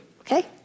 Okay